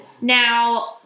Now